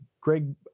Greg